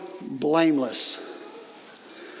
blameless